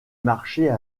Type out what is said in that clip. marcher